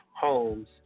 homes